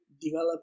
develop